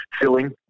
filling